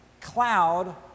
cloud